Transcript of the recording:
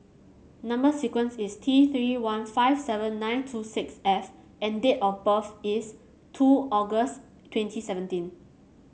number sequence is T Three one five seven nine two six F and date of birth is two August twenty seventeen